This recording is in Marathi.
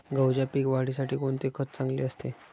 गहूच्या पीक वाढीसाठी कोणते खत चांगले असते?